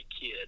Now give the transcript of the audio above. kid